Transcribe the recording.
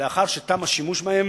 לאחר תום השימוש בהם,